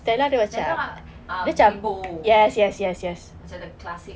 stella macam bimbo macam the classic